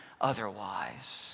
otherwise